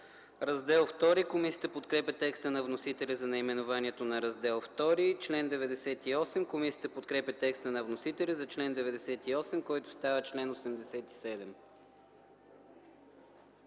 Раздел І. Комисията подкрепя текста на вносителя за наименованието на Раздел І. По чл. 92 комисията подкрепя текста на вносителя за чл. 92, който става чл. 81.